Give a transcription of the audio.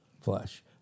flesh